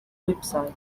website